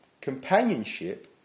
companionship